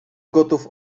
gotów